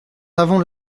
avons